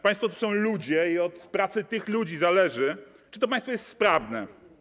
Państwo to są ludzie i od pracy tych ludzi zależy, czy to państwo jest sprawne.